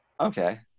Okay